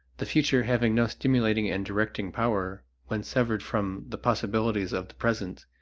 the future having no stimulating and directing power when severed from the possibilities of the present,